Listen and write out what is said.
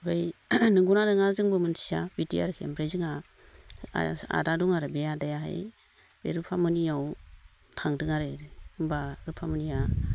ओमफ्राय नंगौना नङा जोंबो मिथिया बिदि आरोखि ओमफ्राय जोंहा आदा दङ आरो बे आदाया ओमफ्राय बे रुफामनियाव थांदों आरो होनबा रुफामनिया